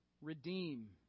redeem